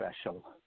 special